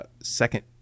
second